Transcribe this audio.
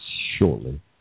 shortly